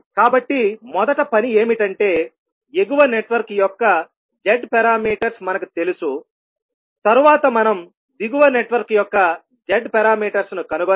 కాబట్టి మొదట పని ఏమిటంటేఎగువ నెట్వర్క్ యొక్క Z పారామీటర్స్ మనకు తెలుసుతరువాత మనం దిగువ నెట్వర్క్ యొక్క Z పారామీటర్స్ ను కనుగొనాలి